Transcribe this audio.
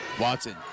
Watson